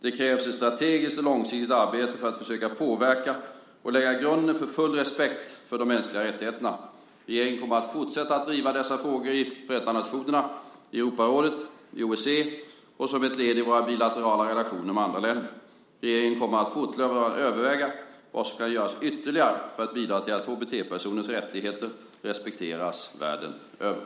Det krävs ett strategiskt och långsiktigt arbete för att försöka påverka och lägga grunden för full respekt för de mänskliga rättigheterna. Regeringen kommer att fortsätta att driva dessa frågor i Förenta nationerna, i Europarådet, i OSSE och som ett led i våra bilaterala relationer med andra länder. Regeringen kommer fortlöpande att överväga vad som kan göras ytterligare för att bidra till att HBT-personers rättigheter respekteras världen över.